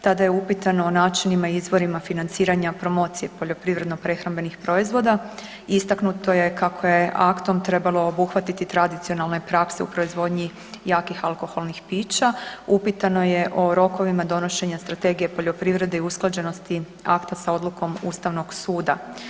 Tada je upitano o načinima i izvorima financiranja promocije poljoprivredno-prehrambenih proizvoda, istaknuto je kako je aktom trebalo obuhvatiti tradicionalne prakse u proizvodnji jakih alkoholnih pića, upitano je o rokovima donošenja Strategije poljoprivrede i usklađenosti akta sa odlukom sa Ustavnog suda.